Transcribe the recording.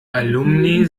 alumni